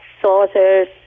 saucers